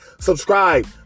subscribe